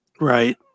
Right